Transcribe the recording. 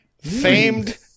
famed